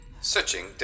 Searching